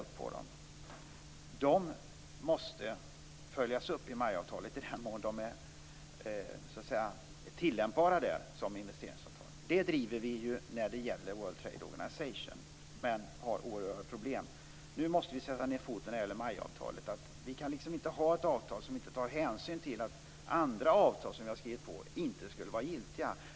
Dessa miljökonventioner måste följas upp i MAI-avtalet i den mån som de är tillämpbara. Det driver vi ju när det gäller World Trade Organization, men i det sammanhanget möts vi av oerhörda problem. Nu måste vi sätta ned foten inför MAI avtalet. Vi kan inte ha ett avtal som inte tar hänsyn till andra avtal som vi har skrivit på.